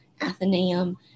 Athenaeum